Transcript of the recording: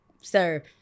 sir